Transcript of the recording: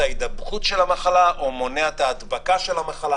ההידבקות במחלה או מונע את ההדבקה של המחלה,